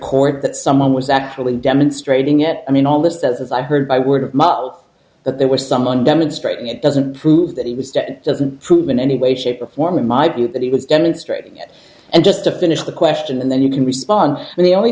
court that someone was actually demonstrating it i mean all this the i heard by word of mother but there was someone demonstrating it doesn't prove that he was that doesn't prove in any way shape or form in my view that he was demonstrating it and just to finish the question and then you can respond and the only